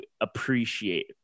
appreciate